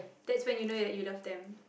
that's when you know you love them